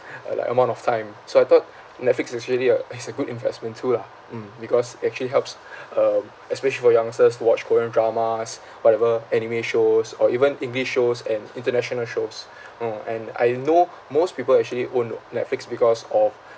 uh like amount of time so I thought netflix is actually a it's a good investment too lah mm because it actually helps um especially for youngsters to watch korean dramas whatever anime shows or even english shows and international shows mm and I know most people actually own netflix because of